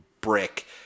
brick